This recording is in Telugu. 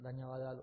ధన్యవాదాలు